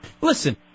Listen